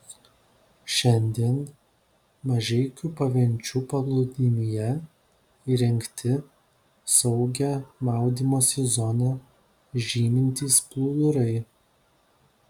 šiandien mažeikių pavenčių paplūdimyje įrengti saugią maudymosi zoną žymintys plūdurai